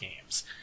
games